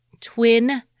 twin